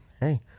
hey